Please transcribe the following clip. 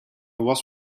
was